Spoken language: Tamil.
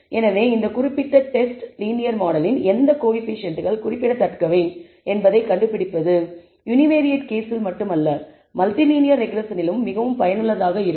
எனவே இந்த குறிப்பிட்ட டெஸ்ட் லீனியர் மாடலின் எந்த கோயபிசியன்ட்கள் குறிப்பிடத்தக்கவை என்பதைக் கண்டுபிடிப்பது யுனிவேரியேட் கேஸில் மட்டுமல்ல மல்டிலீனியர் ரெக்ரெஸ்ஸனில் மிகவும் பயனுள்ளதாக இருக்கும்